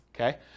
okay